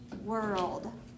world